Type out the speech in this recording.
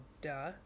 duh